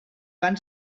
van